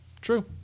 True